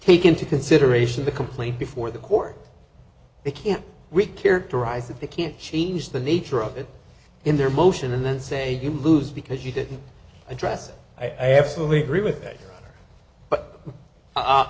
take into consideration the complaint before the court they can we characterize that they can't change the nature of it in their motion and then say you lose because you didn't address i absolutely agree with that but